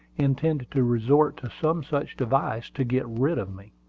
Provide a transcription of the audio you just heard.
intended to resort to some such device to get rid of me.